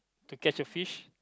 to catch a fish